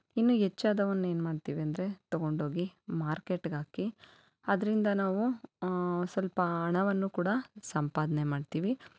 ಇನ್ನೂ ಹೆಚ್ಚಾದವನ್ನ ಏನು ಮಾಡ್ತೀವಿ ಅಂದರೆ ತೊಗೊಂಡೋಗಿ ಮಾರ್ಕೆಟ್ಗೆ ಹಾಕಿ ಅದರಿಂದ ನಾವು ಸ್ವಲ್ಪ ಹಣವನ್ನು ಕೂಡ ಸಂಪಾದನೆ ಮಾಡ್ತೀವಿ